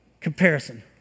Comparison